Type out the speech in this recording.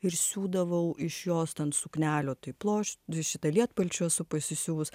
ir siūdavau iš jos ten suknelių tai ploš šitą lietpalčių esu pasisiuvus